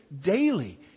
daily